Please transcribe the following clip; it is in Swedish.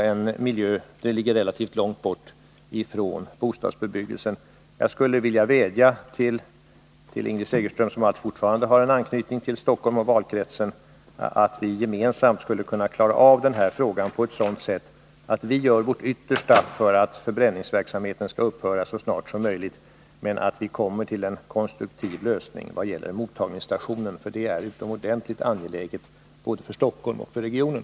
Allt ligger dock relativt långt bort från bostadsbebyggelsen. Jag vill vädja till Ingrid Segerström, som fortfarande har en anknytning till Stockholm och valkretsen, att vi gemensamt skall försöka klara av denna fråga på ett sådant sätt att vi gör vårt yttersta för att förbränningsverksamheten skall upphöra så snart som möjligt och för att komma till en konstruktiv lösning vad gäller mottagningsstationen. Det är utomordentligt angeläget, både för Stockholm och för regionen.